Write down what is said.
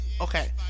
Okay